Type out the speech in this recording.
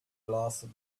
blasted